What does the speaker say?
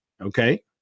Okay